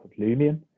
Lumion